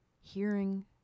hearing